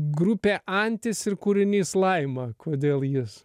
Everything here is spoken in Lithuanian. grupė antis ir kūrinys laima kodėl jis